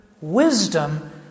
wisdom